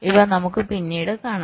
ഇവ നമുക്ക് പിന്നീട് കാണാം